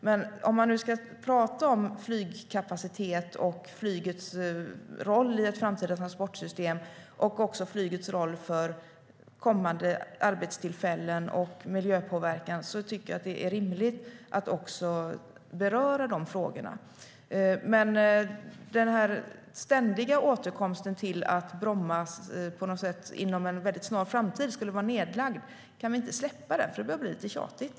Men om man nu ska prata om flygkapacitet och flygets roll i ett framtida transportsystem och också flygets roll för kommande arbetstillfällen och miljöpåverkan tycker jag att det är rimligt att också beröra dessa frågor. Men kan vi inte släppa den ständiga återkomsten till att Bromma flygplats inom en väldigt snar framtid skulle vara nedlagd, för det börjar bli lite tjatigt.